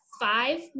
five